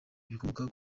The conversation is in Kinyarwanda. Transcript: ibikomoka